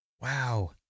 wow